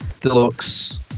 Deluxe